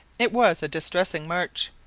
it was a distressing march.